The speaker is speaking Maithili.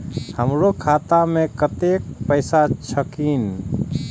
हमरो खाता में कतेक पैसा छकीन?